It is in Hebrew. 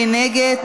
מי נגד?